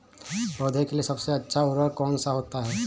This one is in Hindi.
पौधे के लिए सबसे अच्छा उर्वरक कौन सा होता है?